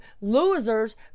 losers